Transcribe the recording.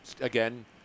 again